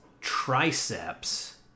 triceps